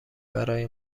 برای